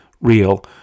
real